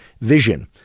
vision